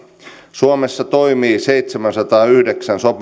suomessa toimii seitsemänsataayhdeksän